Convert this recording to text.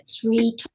three